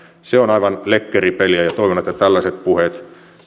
se on aivan lekkeripeliä toivon että tällaisia puheita